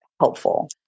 helpful